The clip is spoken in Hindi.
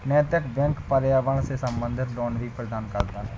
नैतिक बैंक पर्यावरण से संबंधित लोन भी प्रदान करता है